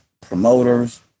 promoters